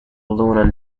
lunar